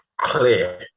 clear